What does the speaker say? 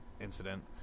incident